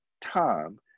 time